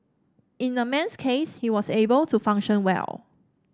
in the man's case he was able to function well